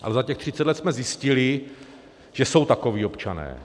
A za těch třicet let jsme zjistili, že jsou takoví občané.